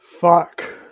Fuck